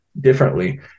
differently